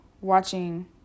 watching